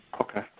Okay